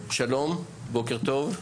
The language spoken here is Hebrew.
שלום, בוקר טוב.